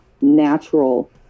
natural